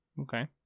Okay